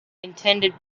intended